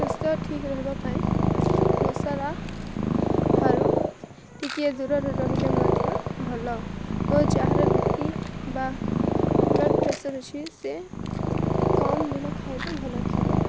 ସ୍ୱାସ୍ଥ୍ୟ ଠିକ୍ ରହିବାପାଇଁ ମସଲା ଠାରୁ ଟିକିଏ ଦୂରରେ ରହିଲେ ମଧ୍ୟ ଭଲ ଓ ଯାହାର ବି ପି ବା ବ୍ଲଡ଼୍ ପ୍ରେସର୍ ଅଛି ସେ କମ୍ ଲୁଣ ଖାଇଲେ ଭଲ ଥିବ